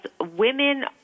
women